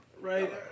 Right